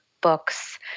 books